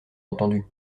entendu